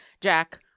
Jack